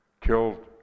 killed